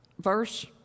verse